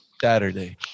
Saturday